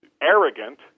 arrogant